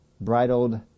bridled